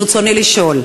רצוני לשאול: